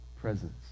presence